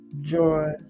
Joy